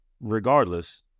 Regardless